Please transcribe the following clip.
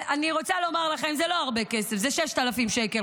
אני רוצה לומר לכם, זה לא הרבה כסף, זה 6,000 שקל.